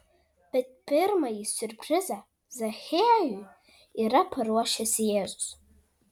bet pirmąjį siurprizą zachiejui yra paruošęs jėzus